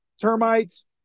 termites